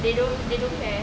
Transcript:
they don't they don't care